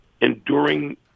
enduring